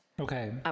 Okay